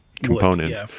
components